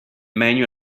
menu